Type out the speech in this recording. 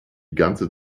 ganze